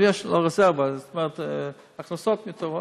ויש לנו הכנסות מיותרות.